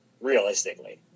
realistically